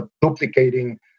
duplicating